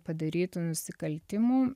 padarytų nusikaltimų